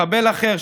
מחבל אחר,